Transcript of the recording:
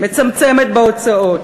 מצמצמת בהוצאות,